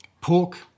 Pork